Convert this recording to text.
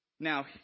Now